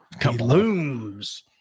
Blooms